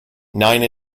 nine